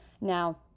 Now